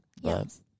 yes